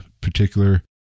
particular